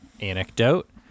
anecdote